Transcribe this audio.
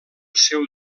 seu